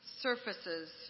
surfaces